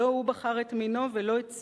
לא הוא בחר את מינו ולא את צבעו,